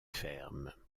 ferme